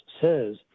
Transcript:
says